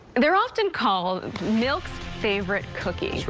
they're often called milk's favorite cookie.